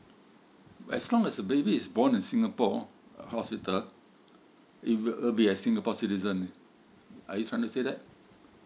as long as the baby is born in singapore hospital it will uh be a singapore citizen are you trying to say that